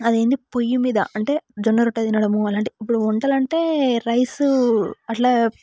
అది ఏంది పొయ్యి మీద అంటే జొన్న రొట్టె తినడము అలాంటి ఇప్పుడు వంటలు అంటే రైసు అట్లా